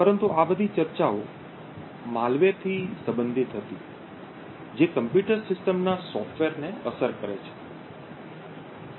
પરંતુ આ બધી ચર્ચાઓ malwareમlલવેરથી સંબંધિત હતી જે કમ્પ્યુટર સિસ્ટમના સોફ્ટવેરને અસર કરે છે